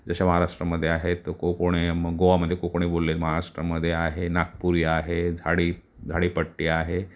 जशा महाराष्ट्रामध्ये आहेत कोकणी गोवामध्ये कोकणी बोलली महाराष्ट्रामध्ये आहे नागपुरी आहे झाडी झाडीपट्टी आहे